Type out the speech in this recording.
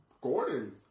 Gordon